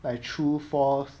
like true false